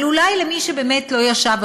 אבל אולי למי שבאמת לא ישב,